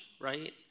right